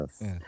Yes